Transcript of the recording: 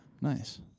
Nice